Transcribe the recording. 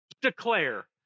declare